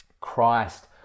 Christ